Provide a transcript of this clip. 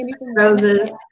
roses